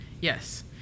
Yes